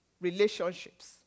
relationships